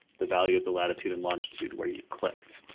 the value of the latitude and longitude, where you clicked.